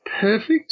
perfect